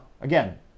again